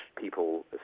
people